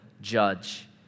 judge